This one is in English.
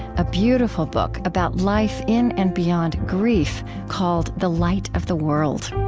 a beautiful book about life in and beyond grief, called the light of the world